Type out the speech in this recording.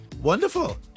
Wonderful